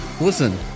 listen